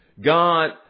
God